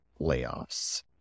layoffs